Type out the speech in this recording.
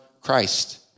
Christ